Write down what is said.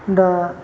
दा